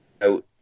out